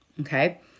Okay